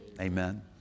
Amen